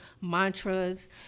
mantras